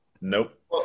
Nope